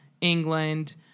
England